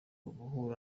uguhura